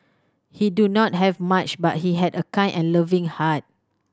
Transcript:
he do not have much but he had a kind and loving heart